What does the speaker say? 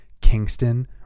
Kingston